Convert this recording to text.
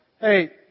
Hey